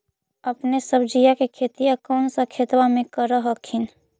अपने सब्जिया के खेतिया कौन सा खेतबा मे कर हखिन?